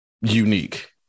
unique